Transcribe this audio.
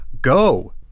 Go